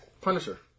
Punisher